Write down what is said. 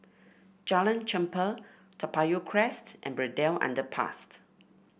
Jalan Chempah Toa Payoh Crest and Braddell Underpass